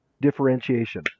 Differentiation